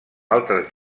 altres